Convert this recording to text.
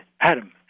Adam